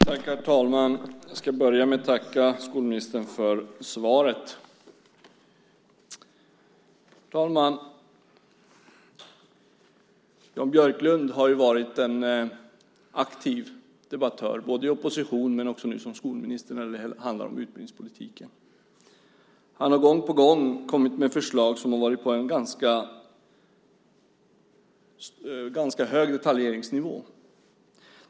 Herr talman! Jag ska börja med att tacka skolministern för svaret. Jan Björklund har varit en aktiv debattör både i opposition och som skolminister när det handlar om utbildningspolitiken. Han har gång på gång kommit med förslag som har varit på en ganska hög detaljnivå.